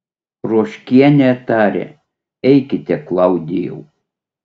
ruoškienė tarė eikite klaudijau